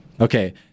okay